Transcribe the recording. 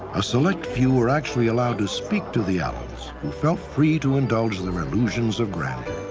a select few were actually allowed to speak to the allens, who felt free to indulge their illusions of grandeur.